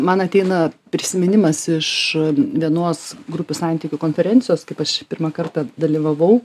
man ateina prisiminimas iš vienos grupių santykių konferencijos kaip aš pirmą kartą dalyvavau